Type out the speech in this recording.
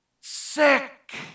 sick